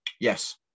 Yes